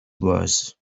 worse